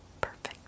Perfect